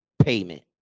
payment